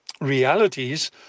realities